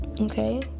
okay